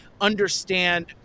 understand